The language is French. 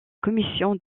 commission